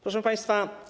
Proszę Państwa!